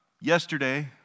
Yesterday